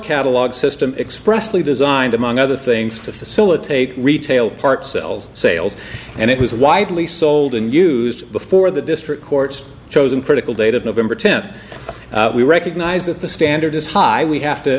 catalog system expressly designed among other things to facilitate retail parts sells sales and it was widely sold and used before that this courts chosen critical date of november tenth we recognize that the standard is high we have to